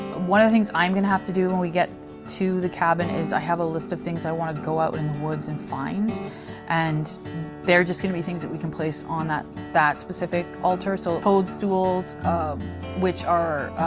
one of the things i'm going to have to do when we get to the cabin is i have a list of things i want to go out in the woods and find and they're just going to be things that we can place on that that specific altar. iso so toadstools, which are